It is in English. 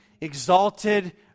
exalted